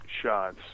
shots